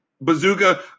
bazooka